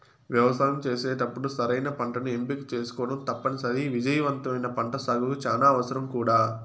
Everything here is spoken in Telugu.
వ్యవసాయం చేసేటప్పుడు సరైన పంటను ఎంపిక చేసుకోవటం తప్పనిసరి, విజయవంతమైన పంటసాగుకు చానా అవసరం కూడా